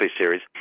series